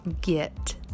Get